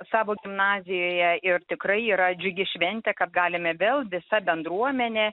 savo gimnazijoje ir tikrai yra džiugi šventė kad galime vėl visa bendruomenė